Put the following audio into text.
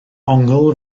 ongl